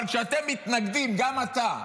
אבל כשאתם מתנגדים, גם אתה,